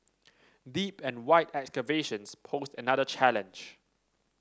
deep and wide excavations posed another challenge